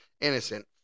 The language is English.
innocent